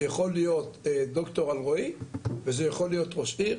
זה יכול להיות ד"ר אלרועי וזה יכול להיות ראש עיר,